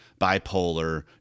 bipolar